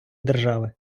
держави